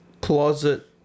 closet